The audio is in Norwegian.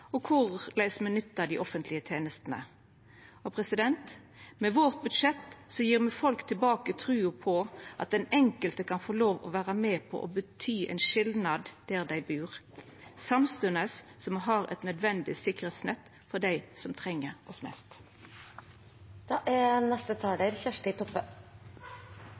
offentlege tenestene. Med vårt budsjett gjev me folk tilbake trua på at den enkelte kan få lov til å vera med på å bety ein skilnad der dei bur, samstundes som me har eit nødvendig sikkerheitsnett for dei som treng oss mest. I ei helsekrise som den landet står i, vert helsevesenet og helsestyresmaktene sette på prøve. Konsekvensane er